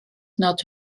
nad